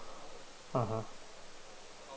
mmhmm